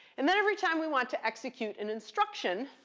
and then every time we want to execute an instruction,